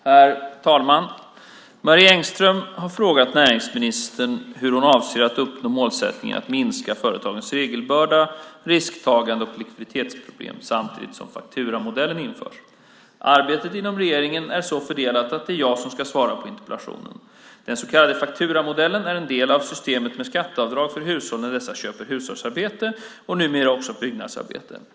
Herr talman! Marie Engström har frågat näringsministern hur hon avser att uppnå målsättningen att minska företagens regelbörda, risktagande och likviditetsproblem samtidigt som fakturamodellen införs. Arbetet inom regeringen är så fördelat att det är jag som ska svara på interpellationen. Den så kallade fakturamodellen är en del av systemet med skatteavdrag för hushåll när dessa köper hushållsarbete och numera också byggnadsarbete.